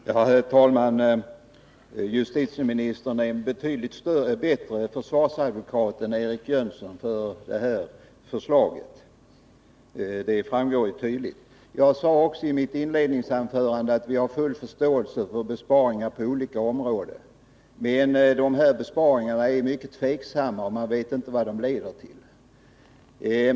Herr talman! Justitieministern är en betydligt bättre försvarsadvokat än Eric Jönsson för det här förslaget. Det framgår tydligt. Jag sade också i mitt inledningsanförande att vi har full förståelse för att det behövs besparingar på olika områden, men vi är mycket tveksamma till de här föreslagna besparingarna. Man vet inte vad de leder till.